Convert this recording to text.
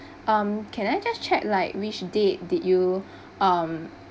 um can I just check like which date did you um